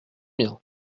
bien